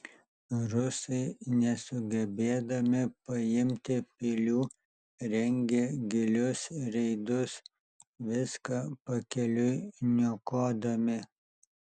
rusai nesugebėdami paimti pilių rengė gilius reidus viską pakeliui niokodami